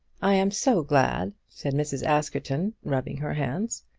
i am so glad, said mrs. askerton, rubbing her hands.